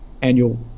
annual